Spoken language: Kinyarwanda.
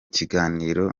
kiganiro